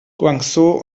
guangzhou